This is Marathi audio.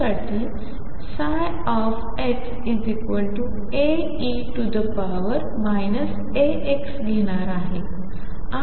साठी xA e αx घेणार आहे